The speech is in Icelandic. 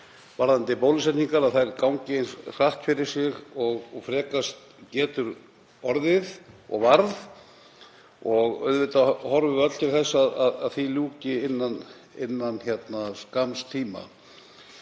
að bólusetningum, að þær gangi eins hratt fyrir sig og frekast getur orðið, og varð. Auðvitað horfum við öll til þess að því ljúki innan skamms tíma.